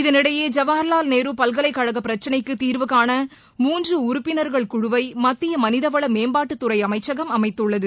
இதனிடையே ஜவஹர்வால் நேரு பல்கலைக் கழக பிரச்சனைக்கு தீர்வுகாண மூன்று உறுப்பினர்கள் குழுவை மத்திய மனிதவள மேம்பாட்டுத்துறை அமைச்சகம் அமைத்துள்ளது